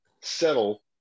settle